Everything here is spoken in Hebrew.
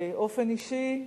באופן אישי,